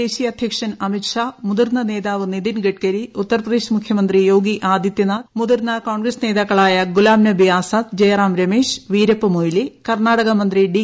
ദേശീയ അധ്യക്ഷൻ അമിത്ഷാ മുതിർന്ന നേതാവ് നിതിൻ ഗഡ്കരി ഉത്തർപ്രദേശ് മുഖ്യമന്ത്രി യോഗി ആദിത്യനാഥ് മുതിർന്ന കോൺഗ്രസ് നേതാക്കളായ ഗുലാം നബി ആസാദ് ജയ്റാം രമേശ് വീരപ്പമൊയ്ലി കർണ്ണാടക മന്ത്രി ഡി